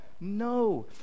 no